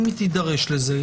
אם היא תידרש לזה,